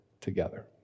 together